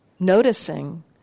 Noticing